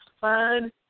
fun